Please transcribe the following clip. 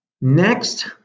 Next